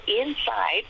inside